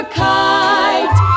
kite